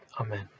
Amen